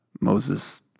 Moses